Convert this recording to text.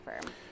firm